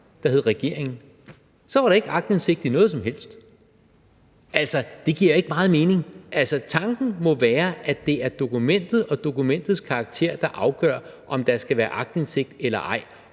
der hed regeringen. Så var der ikke aktindsigt i noget som helst. Altså, det giver ikke meget mening. Tanken må være, at det er dokumentet og dokumentets karakter, der afgør, om der skal være aktindsigt eller ej,